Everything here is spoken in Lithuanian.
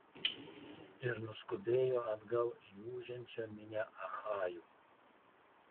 ir nuskubėjo atgal į ūžiančią minią achajų